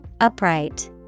Upright